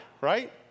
right